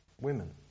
women